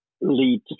lead